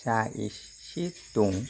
जा एसे दं